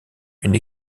une